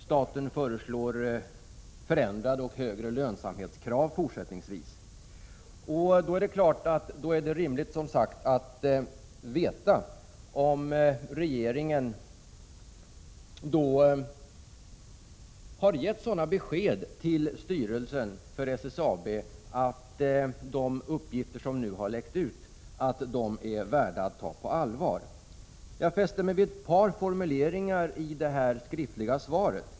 Vidare föreslår staten förändrade och högre krav på lönsamhet fortsättningsvis. Då är det som sagt rimligt att be att få veta om regeringen har gett besked till styrelsen för SSAB som gör att de uppgifter som nu läckt ut är värda att ta på allvar. Jag fäster mig vid ett par formuleringar i det skriftliga svaret.